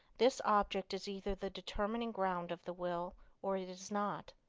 this object is either the determining ground of the will or it is not.